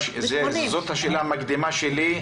זאת השאלה המקדימה שלי.